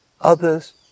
Others